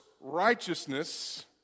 righteousness